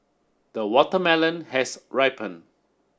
the watermelon has ripen